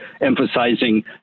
emphasizing